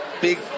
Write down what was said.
big